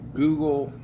google